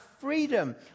freedom